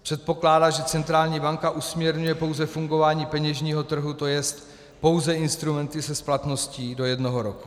Předpokládá, že centrální banka usměrňuje pouze fungování peněžního trhu, to je pouze instrumenty se splatností do jednoho roku.